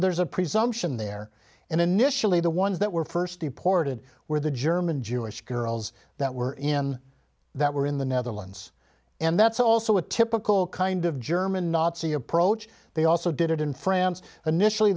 there's a presumption there and initially the ones that were first reported where the german jewish girls that were in that were in the netherlands and that's also a typical kind of german nazi approach they also did in france initially